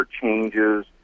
changes